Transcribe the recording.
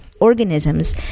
Organisms